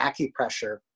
acupressure